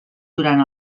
durant